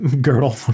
Girdle